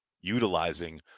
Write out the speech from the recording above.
utilizing